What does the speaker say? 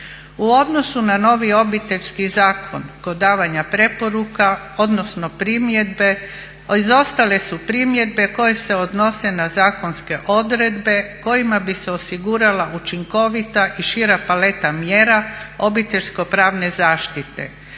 U odnosu na novi Obiteljski zakon kod davanja preporuka odnosno primjedbe izostale su primjedbe koje se odnose na zakonske odredbe kojima bi se osigurala učinkovita i šira paleta mjera obiteljsko-pravne zaštite